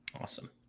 Awesome